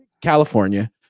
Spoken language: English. California